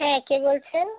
হ্যাঁ কে বলছেন